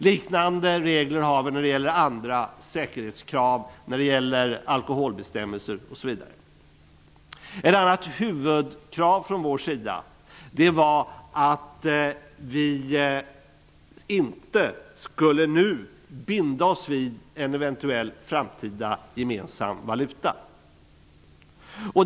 Liknande regler har vi när det gäller andra säkerhetskrav, alkoholbestämmelser osv. Ett annat huvudkrav från vår sida var att vi inte nu skulle behöva binda oss vid en eventuell framtida gemensam valuta.